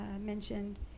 mentioned